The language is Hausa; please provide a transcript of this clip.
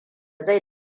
zai